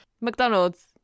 McDonald's